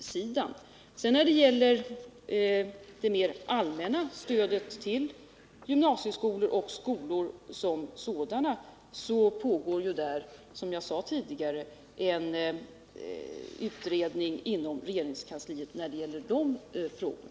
Jag vill till slut, som jag tidigare påpekade, när det gäller det mer allmänna stödet till gymnasieskolor och till andra skolor säga att det inom regeringskansliet pågår en utredning om dessa frågor.